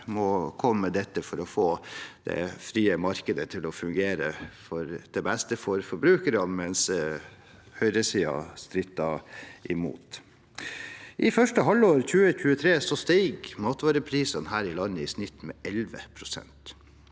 som må komme med dette for å få det frie markedet til å fungere til beste for forbrukerne, mens høyresiden stritter imot. I første halvår 2023 steg matvareprisene her i landet med 11 pst.